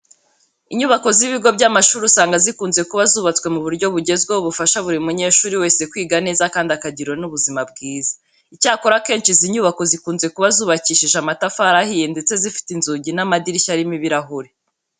Inyubako z'ibigo by'amashuri usanga zikunze kuba zubatswe mu buryo bugezweho bufasha buri munyeshuri wese kwiga neza kandi akagira n'ubuzima bwiza. Icyakora akenshi izi nyubako zikunze kuba zubakishije amatafari ahiye ndetse zifite inzugi n'amadirishya arimo ibirahure.